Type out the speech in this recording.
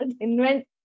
invent